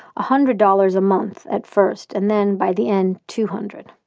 hundred dollars a month at first, and then, by the end, two hundred